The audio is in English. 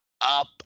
up